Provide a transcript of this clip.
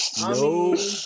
no